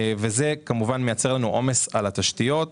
מה שמייצר לנו עומס על התשתיות.